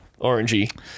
orangey